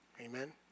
Amen